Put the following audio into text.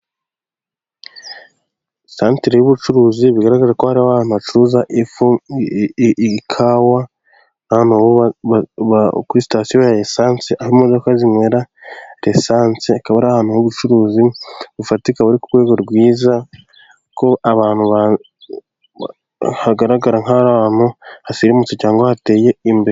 Santere y'ubucuruzi bigaragara ko hariho ahantu bacuruza ikawa, n'ahantu kuri sitation ya esanse aho imodoka zinwera lesanse hakaba ari ahantu h'ubucuruzi bufatika, buri ku rwego rwiza, ko hagaragara nk'aho ari ahantu hasirimutse cyangwa hateye imbere.